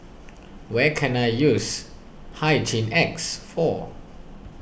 where can I use Hygin X for